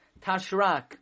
Tashrak